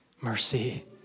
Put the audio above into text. mercy